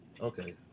Okay